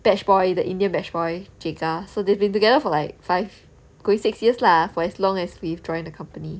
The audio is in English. batch boy the indian batch boy jaga so they've been together for like five going six years lah for as long as we have joined the company